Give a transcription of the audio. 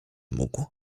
mógł